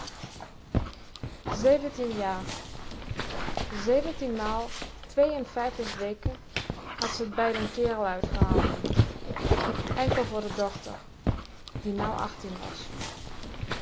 jaar zeventien maal twee en vijftig weken had ze t bij den kerel uitgehouden enkel voor r dochter die nou achttien was